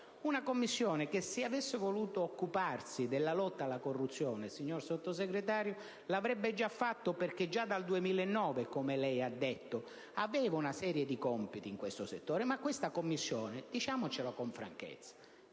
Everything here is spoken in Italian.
Una Commissione che se avesse voluto occuparsi della lotta alla corruzione, signor Sottosegretario, l'avrebbe già fatto, perché già dal 2009 - come lei ha detto - aveva una serie di compiti in questo settore. Ma questa Commissione - diciamolo con franchezza